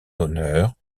honneur